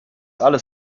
alles